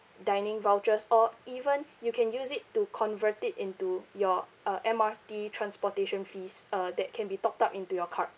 dining vouchers or even you can use it to convert it into your uh M_R_T transportation fees uh that can be topped up into your card